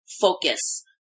focus